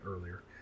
earlier